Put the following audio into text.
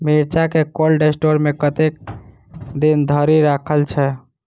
मिर्चा केँ cold store मे कतेक दिन धरि राखल छैय?